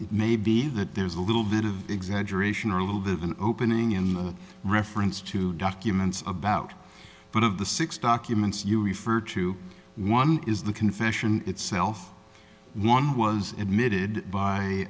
maybe that there's a little bit of exaggeration or a little bit of an opening in the reference to documents about one of the six documents you refer to one is the confession itself one was admitted